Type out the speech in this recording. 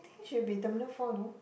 think should be Terminal four you know